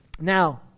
Now